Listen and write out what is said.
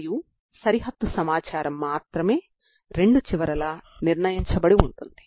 మీరు ఈ సరిహద్దు నియమం uxku0ని కలిగి ఉన్నప్పుడే మీకు సమస్య ఎదురవుతుంది